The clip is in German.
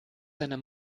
seiner